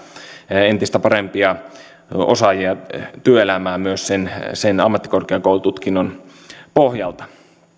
entistä parempia osaajia työelämään myös ammattikorkeakoulututkinnon pohjalta